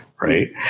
Right